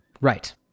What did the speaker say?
right